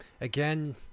again